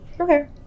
Okay